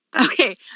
Okay